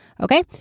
Okay